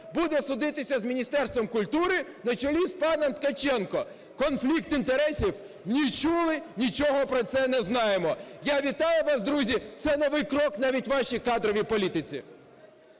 буде судитися з Міністерством культури на чолі з паном Ткаченком. Конфлікт інтересів? Не чули, нічого про це не знаємо. Я вітаю вас друзі – це новий крок навіть у вашій кадровій політиці.